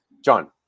John